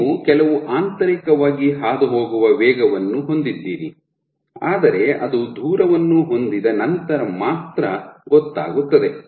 ನೀವು ಕೆಲವು ಆಂತರಿಕವಾಗಿ ಹಾದುಹೋಗುವ ವೇಗವನ್ನು ಹೊಂದಿದ್ದೀರಿ ಆದರೆ ಅದು ದೂರವನ್ನು ಹೊಂದಿದ ನಂತರ ಮಾತ್ರ ಗೊತ್ತಾಗುತ್ತದೆ